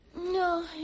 no